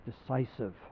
Decisive